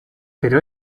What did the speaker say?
pero